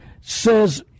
says